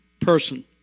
person